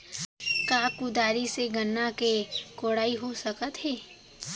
का कुदारी से गन्ना के कोड़ाई हो सकत हे?